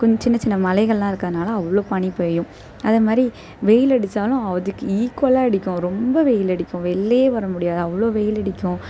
கொஞ்ச சின்ன சின்ன மலைகளெலாம் இருக்கறனால அவ்வளோ பனி பெய்யும் அது மாதிரி வெயில் அடித்தாலும் அதுக்கு ஈக்குவலாக அடிக்கும் ரொம்ப வெயிலடிக்கும் வெளிலயே வர முடியாது அவ்வளோ வெயிலடிக்கும்